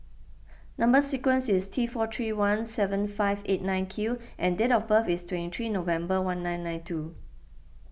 Number Sequence is T four three one seven five eight nine Q and date of birth is twenty three November one nine nine two